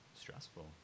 stressful